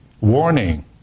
warning